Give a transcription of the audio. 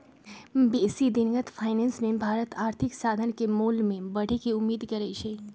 बेशी दिनगत फाइनेंस मे भारत आर्थिक साधन के मोल में बढ़े के उम्मेद करइ छइ